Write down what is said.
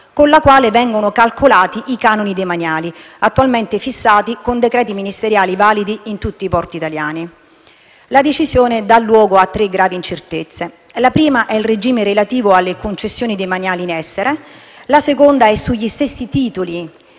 con la quale vengono calcolati i canoni demaniali attualmente fissati con decreti ministeriali validi in tutti i porti italiani. La decisione dà luogo a tre gravi incertezze. La prima è il regime relativo alle concessioni demaniali in essere, la seconda è sugli stessi titoli